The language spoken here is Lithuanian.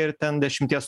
ir ten dešimties